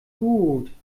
gut